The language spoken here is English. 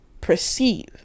perceive